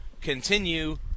continue